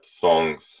songs